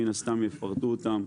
מן הסתם יפרטו אותם,